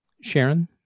Sharon